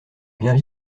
biens